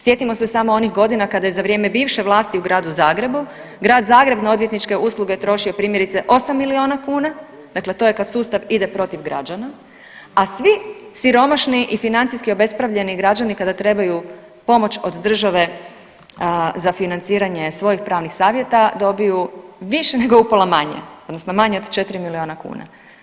Sjetimo se samo onih godina kada je za vrijeme bivše vlasti u gradu Zagrebu, grad Zagreb na odvjetniče usluge trošio primjerice 8 milijuna kuna, dakle to je kad sustav ide protiv građana, a svi siromašni i financijski obespravljeni građani kada trebaju pomoć od države za financiranje svojih pravnih savjeta dobiju više nego u pola manje odnosno manje od 4 milijuna kuna.